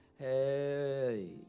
Hey